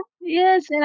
yes